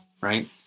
right